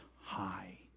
High